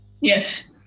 Yes